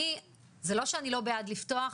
זה לא שאני לא בעד לפתוח,